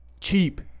cheap